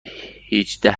هجده